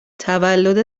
تولد